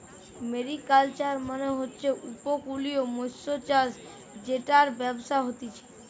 mariculture মানে হচ্ছে উপকূলীয় মৎস্যচাষ জেটার ব্যবসা হতিছে